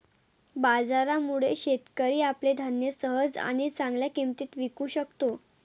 बाजारामुळे, शेतकरी आपले धान्य सहज आणि चांगल्या किंमतीत विकू शकतो